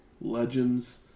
legends